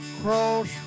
cross